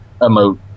emote